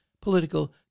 political